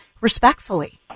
respectfully